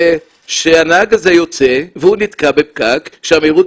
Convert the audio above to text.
כשהנהג הזה יוצא והוא נתקע בפקק שהמהירות